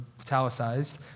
italicized